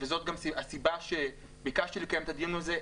וזאת גם הסיבה שביקשתי לקיים את הדיון הזה,